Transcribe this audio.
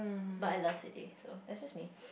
but I love city so that's just me